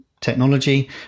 technology